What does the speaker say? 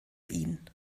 ihn